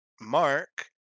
Mark